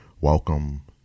Welcome